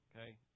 okay